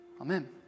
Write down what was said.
Amen